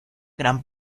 gran